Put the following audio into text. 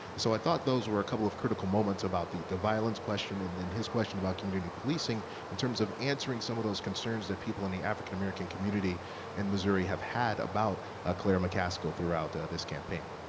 so i thought those were a couple of critical moments about the the violence question and his question about community policing in terms of answering some of those concerns that people in the african american community in missouri have had about claire mccaskill throughout ah this campaign.